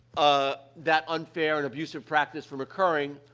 ah, that unfair and abusive practice from occurring,